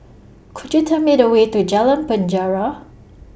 Could YOU Tell Me The Way to Jalan Penjara